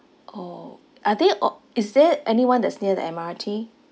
orh are they all is there anyone that's near the M_R_T